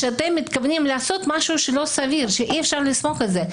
כך שאתם מתכווננים לעשות משהו שהוא לא סביר ואי אפשר לסמוך על זה.